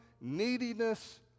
neediness